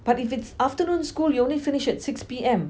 but if it's afternoon school you'll only finish at six P_M